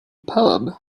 pub